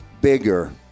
bigger